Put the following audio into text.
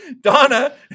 donna